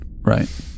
right